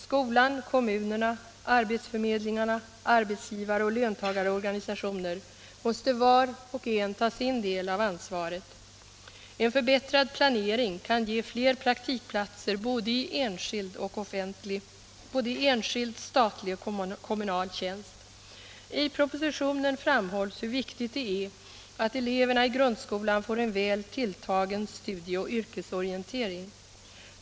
Skolan, kommunerna, arbetsförmedlingarna, arbetsgivar och löntagarorganisationer måste var och en ta sin del av ansvaret. En förbättrad planering kan ge fler praktikplatser i enskild, statlig och kommunal tjänst. I propositionen framhålls hur viktigt det är att eleverna i grundskolan får en väl tilltagen studie och yrkesorientering.